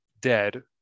dead